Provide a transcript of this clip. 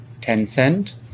Tencent